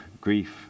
grief